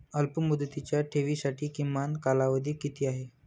अल्पमुदतीच्या ठेवींसाठी किमान कालावधी किती आहे?